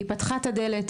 היא פתחה את הדלת.